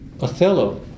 Othello